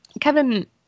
Kevin